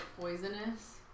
poisonous